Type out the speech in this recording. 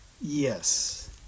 Yes